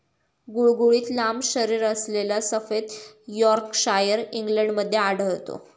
गुळगुळीत लांब शरीरअसलेला सफेद यॉर्कशायर इंग्लंडमध्ये आढळतो